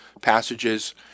passages